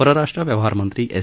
परराष्ट्र व्यवहारमंत्री एस